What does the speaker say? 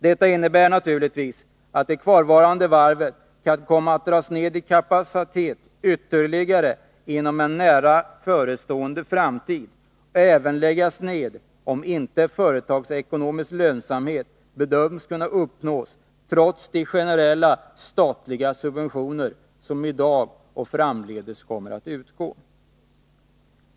Detta innebär naturligtvis att det kvarvarande varvet kan komma att dras ned i kapacitet ytterligare inom en nära förestående framtid och även läggas ned, om inte företagsekonomisk lönsamhet bedöms kunna uppnås trots de generella statliga subventioner som i dag och framdeles utgår.